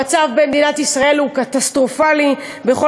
המצב במדינת ישראל הוא קטסטרופלי בכל